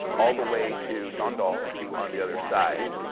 all the way to dundalk on the other side.